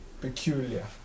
peculiar